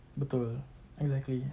betul exactly